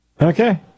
Okay